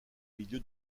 milieu